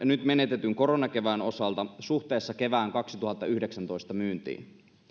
nyt menetetyn koronakevään osalta suhteessa kevään kaksituhattayhdeksäntoista myyntiin